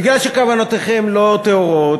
בגלל שכוונותיכם לא טהורות,